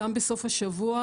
גם בסוף השבוע,